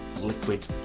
liquid